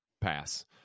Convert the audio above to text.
Pass